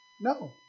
No